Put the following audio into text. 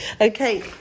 Okay